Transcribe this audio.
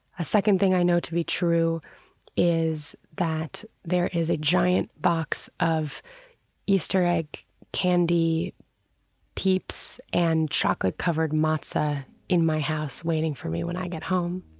a second thing i know to be true is that there is a giant box of easter egg candy peeps and chocolate covered matzo in my house waiting for me when i get home.